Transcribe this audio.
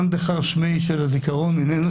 מאן דכר שמיה של הזיכרון איננו,